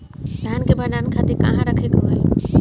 धान के भंडारन खातिर कहाँरखे के होई?